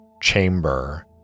chamber